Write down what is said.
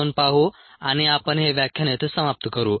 2 पाहू आणि आपण हे व्याख्यान येथे समाप्त करू